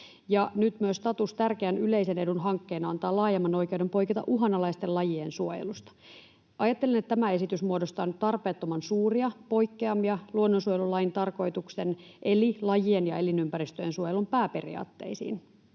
Nyt myös status tärkeän yleisen edun hankkeena antaa laajemman oikeuden poiketa uhanalaisten lajien suojelusta. Ajattelen, että tämä esitys muodostaa nyt tarpeettoman suuria poikkeamia luonnonsuojelulain tarkoituksen eli lajien ja elinympäristöjen suojelun pääperiaatteisiin